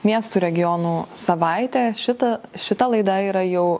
miestų regionų savaitė šita šita laida yra jau